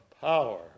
power